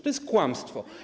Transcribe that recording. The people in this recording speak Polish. To jest kłamstwo.